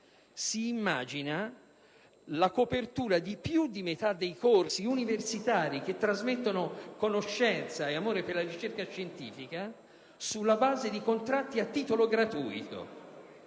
si immagina la copertura di più di metà dei corsi universitari, che trasmettono conoscenza e amore per la ricerca scientifica, sulla base di contratti a titolo gratuito.